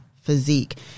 physique